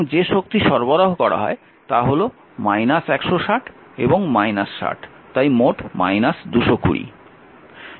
এবং যে শক্তি সরবরাহ করা হয় তা হল 160 এবং 60 তাই মোট 220